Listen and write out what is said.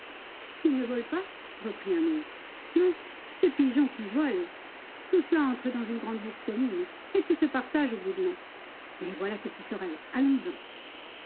il ne vole pas reprit un autre non c'est pigeon qui vole tout cela entre dans une grande bourse commune et tout se partage au bout de l'an mais voilà ce petit sorel